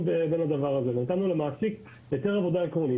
בין הדבר הזה ונתנו למעסיק היתר עבודה עקרוני.